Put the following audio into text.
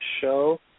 Show